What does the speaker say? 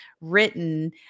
written